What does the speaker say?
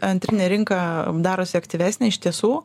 antrinė rinka darosi aktyvesnė iš tiesų